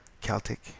Celtic